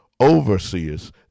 overseers